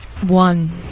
One